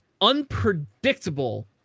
unpredictable